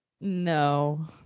no